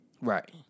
Right